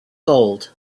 gold